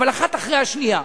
אבל האחת אחרי השנייה.